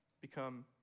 become